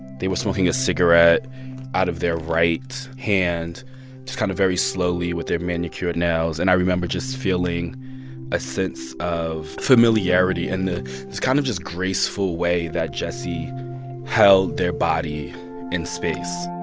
they were smoking a cigarette out of their right hand just kind of very slowly with their manicured nails and i remember just feeling a sense of familiarity in the kind of just graceful way that jesse held their body in space.